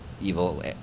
evil